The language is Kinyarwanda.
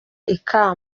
ikaba